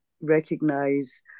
recognize